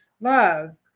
Love